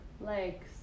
legs